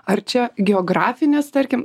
ar čia geografinės tarkim